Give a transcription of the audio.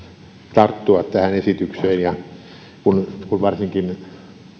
tarttua tähän esitykseen varsinkin kun verojaostossa